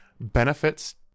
benefits